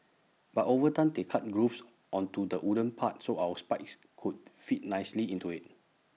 but over time they cut grooves onto the wooden part so our spikes could fit nicely into IT